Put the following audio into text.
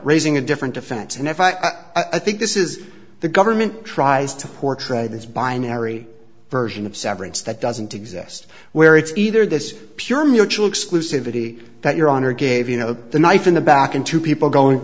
raising a different defense and in fact i think this is the government tries to portray this binary version of severance that doesn't exist where it's either this pure mutual exclusivity that your honor gave you know the knife in the back in two people going